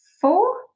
four